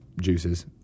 juices